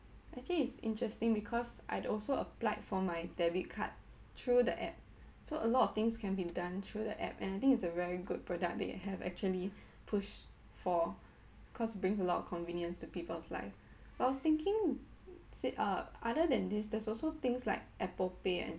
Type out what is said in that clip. actually it's interesting because I'd also applied for my debit card through the app so a lot of things can be done through the app and I think it's a very good product they have actually pushed for cause brings a lot of convenience to people's life but I was thinking uh other than this there's also things like apple pay and